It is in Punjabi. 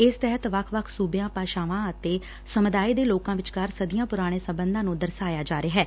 ਇਸ ਤਹਿਤ ਵੱਖ ਵੱਖ ਸੁਬਿਆਂ ਭਾਸ਼ਾਵਾਂ ਅਤੇ ਸਮੁਦਾਏ ਦੇ ਲੋਕਾਂ ਵਿਚਕਾਰ ਸਦੀਆਂ ਪੁਰਾਣੇ ਸਬੰਧਾਂ ਨੁੰ ਦਰਸਾਇਆ ਜਾ ਰਿਹੈ